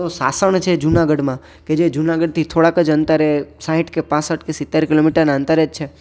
સાસણ છે જે જુનાગઢમાં કે જે જુનાગઢથી થોડાક જ અંતરે સાઠ કે પાંસઠ કે સિત્તેર કિલોમોટરના અંતરે જ છે